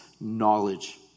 knowledge